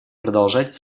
продолжать